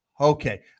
Okay